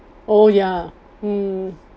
oh ya mm